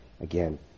Again